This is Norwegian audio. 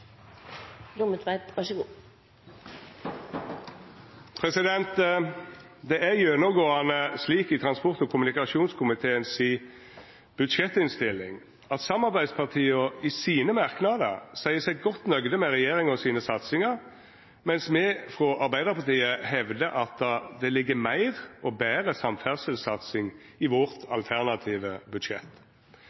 Det er gjennomgåande slik i transport- og kommunikasjonskomiteen si budsjettinnstilling at samarbeidspartia i sine merknader seier seg godt nøgde med regjeringa sine satsingar, medan me frå Arbeidarpartiet hevdar at det ligg meir og betre samferdselssatsing i vårt alternative budsjett.